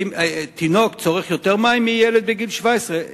האם תינוק צורך יותר מים מילד בגיל 17?